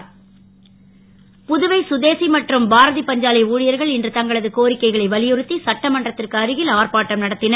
ஆர்ப்பாட்டம் புதுவை சுதேசி மற்றும் பார பஞ்சாலை ஊ யர்கள் இன்று தங்களது கோரிக்கைகளை வலியுறுத் சட்டமன்றத்துக்கு அருகில் ஆர்ப்பாட்டம் நடத் னர்